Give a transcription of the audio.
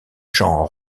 jean